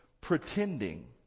pretending